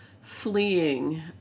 fleeing